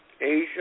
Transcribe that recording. Asia